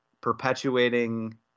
perpetuating